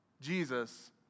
Jesus